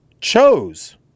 chose